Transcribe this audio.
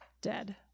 dead